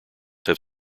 have